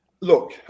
look